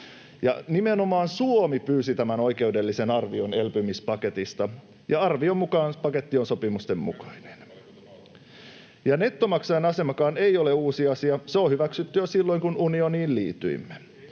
nimenomaan Suomi pyysi tämän oikeudellisen arvion elpymispaketista, ja arvion mukaan paketti on sopimusten mukainen. [Tom Packalénin välihuuto] Nettomaksajan asemakaan ei ole uusi asia, se on hyväksytty jo silloin, kun unioniin liityimme.